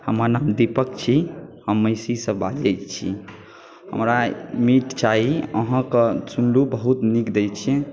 हमर नाम दीपक छी हम महिषीसँ बाजै छी हमरा मीट चाही अहाँके सुनलहुँ बहुत नीक दै छिए